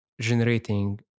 generating